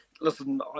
listen